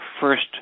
first